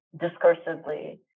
discursively